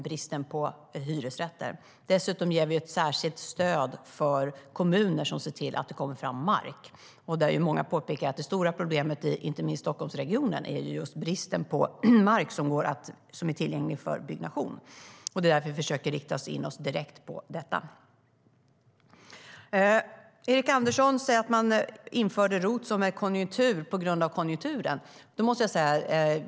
Dessutom ger vi ett särskilt stöd för kommuner att få fram mark. Många påpekar att det stora problemet i inte minst Stockholmsregionen är bristen på mark som är tillgänglig för byggnation. Det är därför vi försöker rikta in oss direkt på den frågan. Erik Andersson säger att ROT infördes på grund av konjunkturläget.